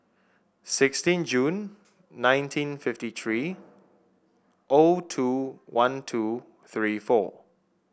sixteen June nineteen fifty three O two one two three four